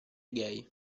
gay